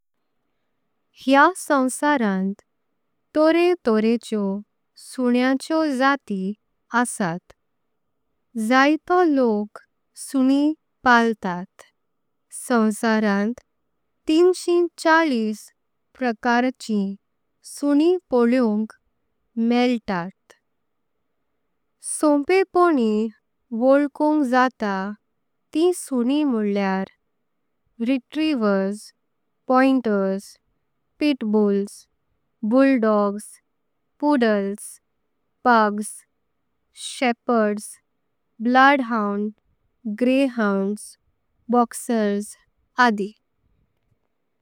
ह्या संसारांत तारे तारेच्यो सुन्नेचय़ो जाती असात। जायतो लोक सुन्नीम पळटतात संसारांत तिनशी। शैंआलिस प्रकारीं सुन्नीं पळ्ळेउंक मेळतात संपेप्पण्। नीं वळ्ळुंक जातां तीं सुन्नीं म्होळ्ळेर retrievers. Pointers, pitbulls bulldogs, poodles, pugs. Shepherds, bloodhound, greyhounds, boxers आदि।